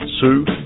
Sue